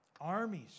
Armies